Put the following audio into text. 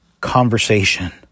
conversation